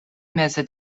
meze